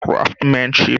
craftsmanship